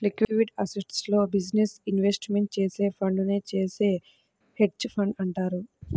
liquid అసెట్స్లో business investment చేసే ఫండునే చేసే హెడ్జ్ ఫండ్ అంటారు